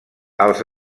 els